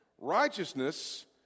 righteousness